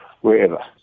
wherever